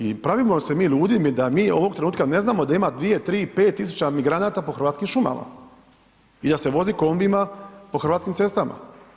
I pravimo se mi ludi da mi ovog trenutka ne znamo da ima 2, 3 ,5 tisuća migranata po Hrvatskim šumama i da se vozi kombijima po Hrvatskim cestama.